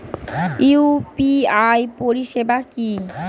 UPI পরিষেবা কি?